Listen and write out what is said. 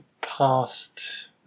past